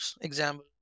Example